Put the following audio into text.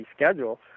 schedule